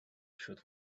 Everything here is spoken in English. should